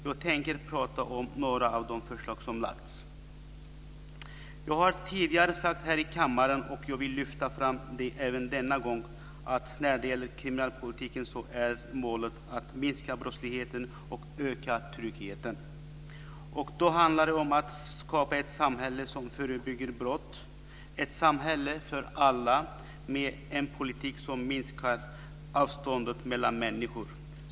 Jag tänker prata om några av de förslag som har lagts fram. Jag har tidigare sagt här i kammaren, och jag vill lyfta fram det även denna gång, att målet för kriminalpolitiken är att minska brottsligheten och öka tryggheten. Det handlar då om att skapa ett samhälle som förebygger brott, ett samhället för alla, med en politik som minskar avståndet mellan människor.